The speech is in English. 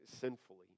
sinfully